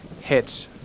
hits